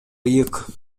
ыйык